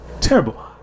terrible